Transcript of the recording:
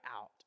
out